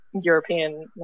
European